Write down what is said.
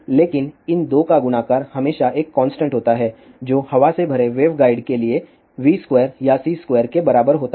लेकिन इन 2 का गुणाकर हमेशा एक कांस्टेंट होता है जो हवा से भरे वेवगाइड के लिए v2 या c2 के बराबर होता है